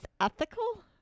ethical